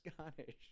Scottish